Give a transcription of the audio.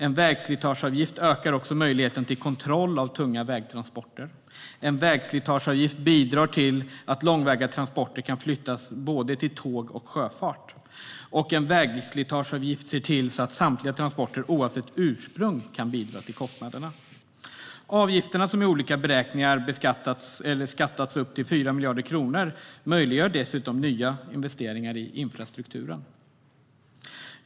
En vägslitageavgift ökar också möjligheten till kontroll av tunga vägtransporter. En vägslitageavgift bidrar till att långväga transporter kan flyttas över till både tåg och sjöfart. Och en vägslitageavgift ser till att samtliga transporter, oavsett ursprung, kan bidra till kostnaderna. Avgifterna som i olika beräkningar uppskattats till 4 miljarder möjliggör dessutom nya investeringar i infrastrukturen.